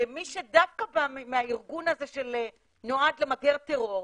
כמי שדווקא בא מהארגון זה שנועד למגר טרור: